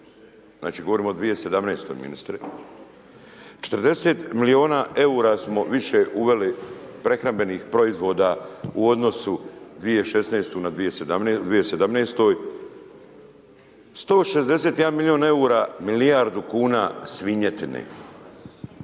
Znači govorimo o 2017. ministre. 40 milijuna eura smo više uveli prehrambenih proizvodu u odnosu 2016. na 2017. 161 milijun eura, milijardu kuna svinjetine,